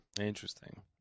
Interesting